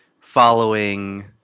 following